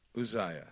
Uzziah